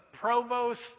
provost